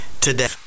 today